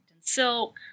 silk